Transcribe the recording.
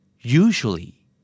usually